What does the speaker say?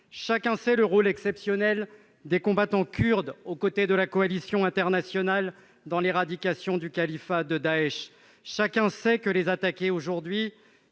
Chacun sait le rôle exceptionnel des combattants kurdes, aux côtés de la coalition internationale, dans l'éradication du califat de Daech. Chacun sait que, les attaquer aujourd'hui,